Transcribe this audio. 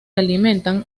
alimentan